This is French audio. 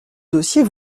dossier